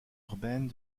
urbaines